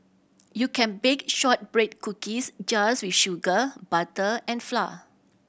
you can bake shortbread cookies just with sugar butter and flour